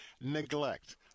Neglect